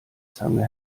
zange